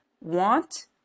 want